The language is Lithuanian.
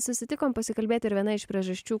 susitikom pasikalbėt ir viena iš priežasčių